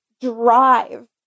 drive